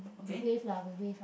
the wave lah the wave